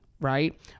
Right